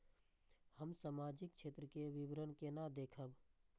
हम सामाजिक क्षेत्र के विवरण केना देखब?